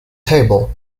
table